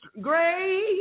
great